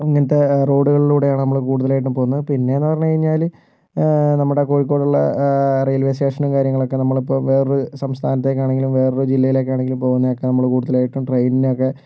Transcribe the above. ഇങ്ങനത്തെ റോഡുകളിലൂടെയാണ് നമ്മള് കൂടുതലായിട്ടും പോകുന്നത് പിന്നെന്നു പറഞ്ഞുകഴിഞ്ഞാല് നമ്മള് കോഴിക്കോടുള്ള റെയില്വേ സ്റ്റേഷനും കാര്യങ്ങളൊക്കെ നമ്മളിപ്പോൾ വേറൊരു സംസ്ഥാനത്തേക്ക് ആണെങ്കിലും വേറൊരു ജില്ലയിലേക്ക് ആണെങ്കിലും പോകുന്നതൊക്കെ നമ്മള് കൂടുതലും ട്രെയ്നിനെയൊക്കെ